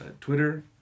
Twitter